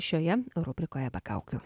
šioje rubrikoje be kaukių